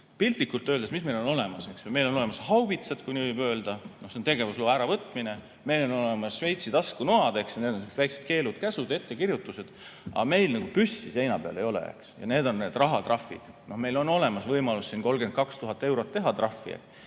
piltlikult öeldes, mis meil on olemas? Meil on olemas haubitsad, kui nii võib öelda, see on tegevusloa äravõtmine, meil on olemas Šveitsi taskunoad, need on sihukesed väikesed keelud-käsud ja ettekirjutused. Aga meil nagu püssi seina peal ei ole, ja need on rahatrahvid. Meil on olemas võimalus 32 000 eurot teha trahvi.